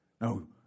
No